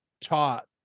taught